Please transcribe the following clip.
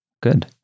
good